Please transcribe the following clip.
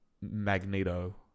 Magneto